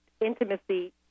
intimacy